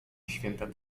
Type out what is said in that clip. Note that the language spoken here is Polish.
święta